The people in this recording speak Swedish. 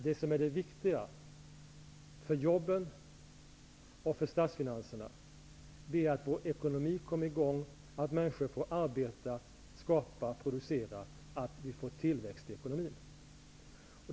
Det viktiga för jobben och statsfinanserna är att vår ekonomi kommer i gång, att människor får arbeta, skapa och producera så att vi får tillväxt i ekonomin.